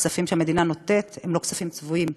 הכספים שהמדינה נותנת הם לא כספים צבועים.